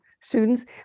students